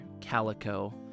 calico